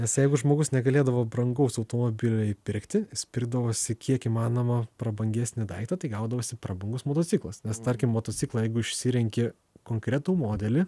nes jeigu žmogus negalėdavo brangaus automobilio įpirkti jis pirkdavosi kiek įmanoma prabangesnį daiktą tai gaudavosi prabangus motociklas nes tarkim motociklą jeigu išsirenki konkretų modelį